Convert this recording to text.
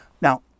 Now